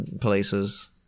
places